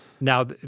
Now